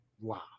Wow